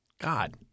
God